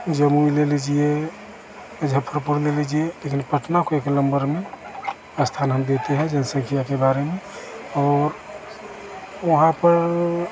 जम्मू यह ले लीजिए मुज़फ्फरपुर ले लीजिए लेकिन पटना को एक लम्भर में स्थान हम देते हैं जनसंख्या के बारे में और वहाँ पर